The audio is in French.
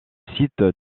site